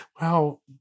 Wow